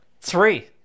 Three